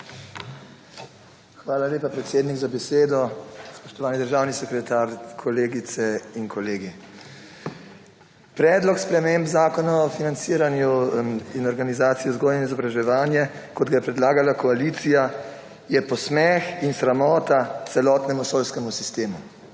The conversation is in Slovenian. Hvala lepa, predsednik, za besedo. Spoštovani državni sekretar, kolegice in kolegi! Predlog sprememb Zakona o financiranju in organizaciji vzgoje in izobraževanja kot ga je predlagala koalicija je posmeh in sramota celotnemu šolskemu sistemu.